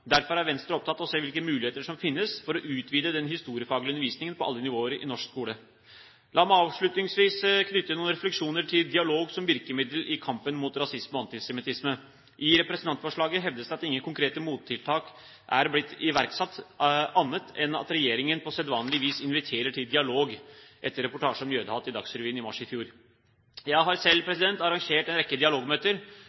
Derfor er Venstre opptatt av å se hvilke muligheter som finnes for å utvide den historiefaglige undervisningen på alle nivåer i norsk skole. La meg avslutningsvis knytte noen refleksjoner til dialog som virkemiddel i kampen mot rasisme og antisemittisme. I representantforslaget hevdes det at «ingen konkrete mottiltak er blitt iverksatt» annet enn at regjeringen på sedvanlig vis inviterer til dialog etter reportasjen om jødehat i Dagsrevyen i mars i fjor. Jeg har selv